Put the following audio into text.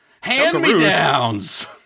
hand-me-downs